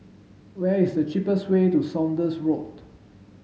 where is the cheapest way to Saunders Road